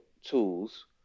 tools